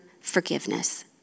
forgiveness